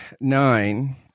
nine